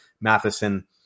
Matheson